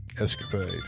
escapade